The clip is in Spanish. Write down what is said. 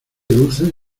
dulce